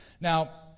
Now